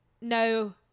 no